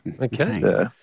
okay